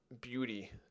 beauty